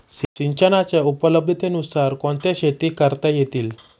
सिंचनाच्या उपलब्धतेनुसार कोणत्या शेती करता येतील?